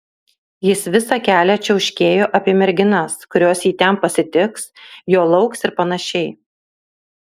jis visą kelią čiauškėjo apie merginas kurios jį ten pasitiks jo lauks ir panašiai